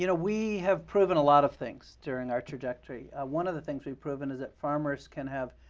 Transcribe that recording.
you know we have proven a lot of things during our trajectory. one of the things we've proven is that farmers can have